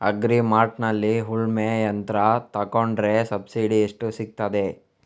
Agri ಮಾರ್ಟ್ನಲ್ಲಿ ಉಳ್ಮೆ ಯಂತ್ರ ತೆಕೊಂಡ್ರೆ ಸಬ್ಸಿಡಿ ಎಷ್ಟು ಸಿಕ್ತಾದೆ?